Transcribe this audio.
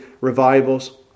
revivals